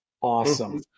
awesome